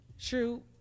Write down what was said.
True